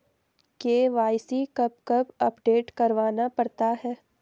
KYC कब कब update करवाना पड़ता है?